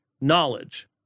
knowledge